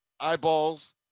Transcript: eyeballs